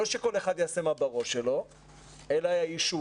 לא שכל אחד יעשה מה שבראש שלו אלא אישור